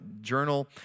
Journal